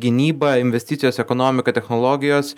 gynyba investicijos ekonomika technologijos